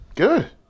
good